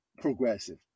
progressive